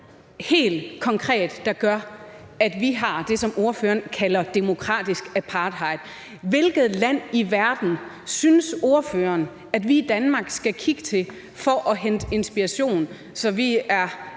helt konkret, der gør, at vi har det, som ordføreren kalder demokratisk apartheid? Hvilket land i verden synes ordføreren at vi i Danmark skal kigge til for at hente inspiration, så vi